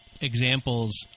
examples